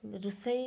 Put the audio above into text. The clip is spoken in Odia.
ରୋଷେଇ